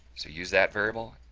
so use that variable,